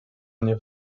mnie